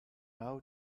hour